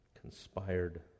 conspired